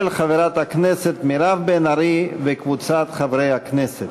של חברת הכנסת מירב בן ארי וקבוצת חברי הכנסת.